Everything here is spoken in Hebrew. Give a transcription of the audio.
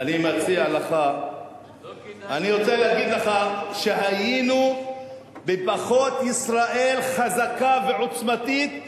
אני רוצה להגיד לך שהיינו בפחות ישראל חזקה ועוצמתית,